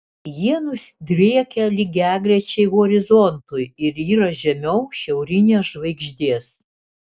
jie nusidriekę lygiagrečiai horizontui ir yra žemiau šiaurinės žvaigždės